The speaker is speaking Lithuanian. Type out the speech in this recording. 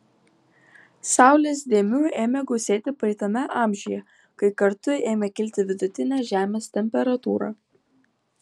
saulės dėmių ėmė gausėti praeitame amžiuje kai kartu ėmė kilti vidutinė žemės temperatūra